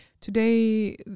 Today